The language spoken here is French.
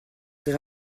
très